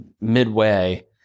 midway